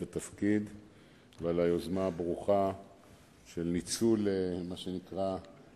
התפקיד ועל היוזמה הברוכה של ניצול מה שנקרא,